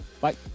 bye